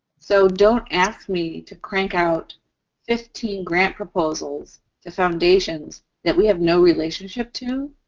so, don't ask me to crank out fifteen grant proposals to foundations that we have no relationship to,